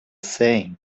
saying